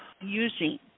using